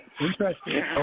Interesting